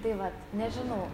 tai vat nežinau